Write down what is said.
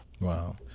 Wow